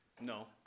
No